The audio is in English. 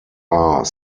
are